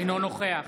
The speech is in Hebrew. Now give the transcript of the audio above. אינו נוכח